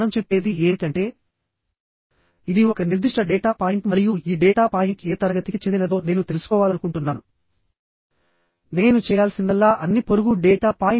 ఇక్కడ చూడండి ఈ గసెట్ ప్లేట్ కి రెండు యాంగిల్ సెక్షన్స్ ని బోల్ట్ కనెక్షన్ ద్వారా కనెక్ట్ చేయబడి ఉన్నాయి